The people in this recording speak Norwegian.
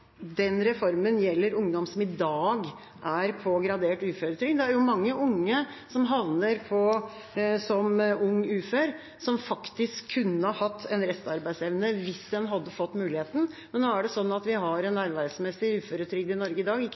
den reformen gjelder ungdom som i dag er på gradert uføretrygd. Det er mange unge som havner som ung ufør som faktisk kunne hatt en restarbeidsevne hvis en hadde fått muligheten, men nå er det sånn at vi har en ervervsmessig uføretrygd i Norge i dag,